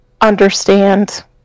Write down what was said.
understand